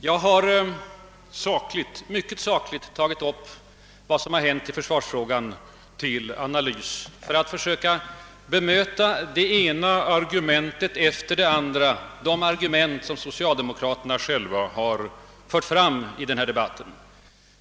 Jag har mycket sakligt tagit upp till analys vad som hänt i försvarsfrågan och försökt bemöta ett efter ett av de argument, som framförts av socialdemokraterna själva i debatten.